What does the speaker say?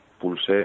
pulse